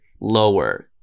lower